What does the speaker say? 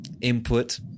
input